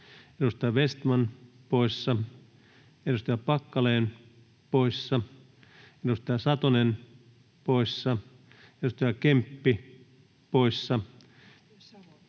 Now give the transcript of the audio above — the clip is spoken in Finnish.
edustaja Savola poissa, edustaja Packalén poissa, edustaja Satonen poissa, edustaja Kemppi poissa,